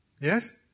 Yes